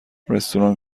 رستوران